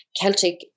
Celtic